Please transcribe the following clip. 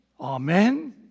Amen